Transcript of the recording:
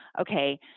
okay